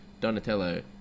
Donatello